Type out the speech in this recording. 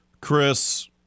Chris